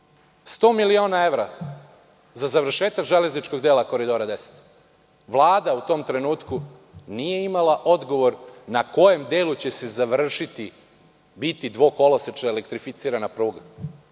Sto miliona evra za završetak železničkog dela Koridora 10.Vlada u tom trenutku nije imala odgovor na kojem delu će se završiti, biti dvokolosečna elektrificirana pruga.